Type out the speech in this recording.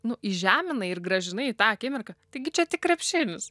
nu įžeminai ir grąžinai į tą akimirką taigi čia tik krepšinis